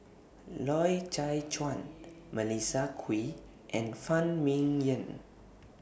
Loy Chye Chuan Melissa Kwee and Phan Ming Yen